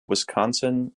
wisconsin